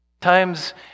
times